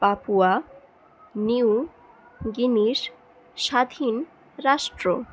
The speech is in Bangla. পাপুয়া নিউগিনিস স্বাধীন রাষ্ট্র